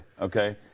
okay